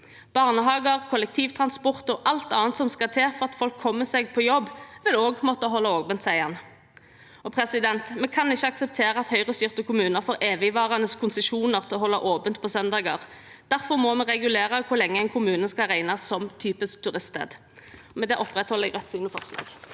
«Barnehager, kollektivtransport og alt annet som skal til for at folk kommer seg på jobb vil også måtte holde åpent.» Vi kan ikke akseptere at Høyre-styrte kommuner får evigvarende konsesjoner til å holde åpent på søndager. Derfor må vi regulere også hvor lenge en kommune skal regnes som typisk turiststed. Med det tar jeg opp Rødts forslag.